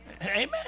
Amen